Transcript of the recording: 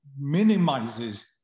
minimizes